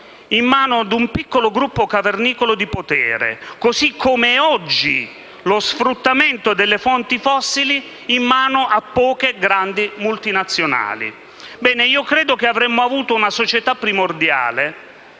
in mano ad un piccolo gruppo cavernicolo di potere, così come è oggi lo sfruttamento delle fonti fossili in mano a poche, grandi multinazionali. Ebbene, credo che avremmo avuto una società primordiale